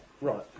Right